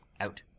out